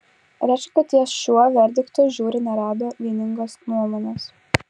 reiškia kad ties šiuo verdiktu žiuri nerado vieningos nuomonės